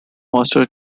master